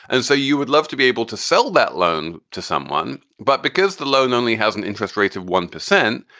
and so you would love to be able to sell that loan to someone. but because the loan only has an interest rate of one percent,